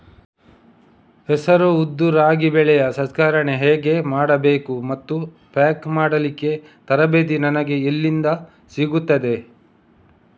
ಹೆಸರು, ಉದ್ದು, ರಾಗಿ ಬೆಳೆಯ ಸಂಸ್ಕರಣೆ ಹೇಗೆ ಮಾಡಬೇಕು ಮತ್ತು ಪ್ಯಾಕ್ ಮಾಡಲಿಕ್ಕೆ ತರಬೇತಿ ನನಗೆ ಎಲ್ಲಿಂದ ಸಿಗುತ್ತದೆ?